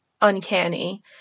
uncanny